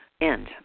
end